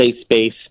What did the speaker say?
space